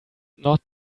not